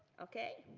okay?